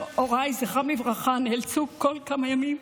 הוריי, זכרם לברכה, נאלצו כל כמה ימים,